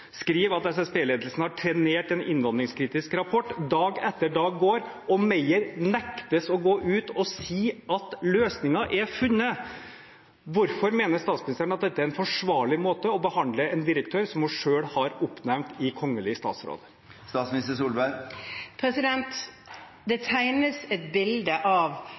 skriver at SSB-ledelsen har trenert en innvandringskritisk rapport. Dag etter dag går, og Meyer nektes å gå ut og si at løsningen er funnet. Hvorfor mener statsministeren at dette er en forsvarlig måte å behandle en direktør på som hun selv har oppnevnt i kongelig statsråd? Det tegnes et bilde av